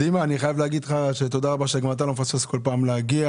דימה אני חייב להגיד לך תודה רבה שגם אתה לא מפספס כל פעם להגיע,